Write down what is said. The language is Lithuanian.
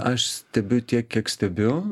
aš stebiu tiek kiek stebiu